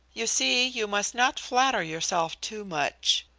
you see you must not flatter yourself too much.